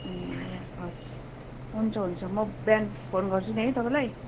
ए हवस् हुन्छ हुन्छ म बिहान फोन गर्छु नि है तपाईँलाई